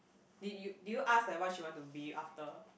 did you did you ask like what she want to be after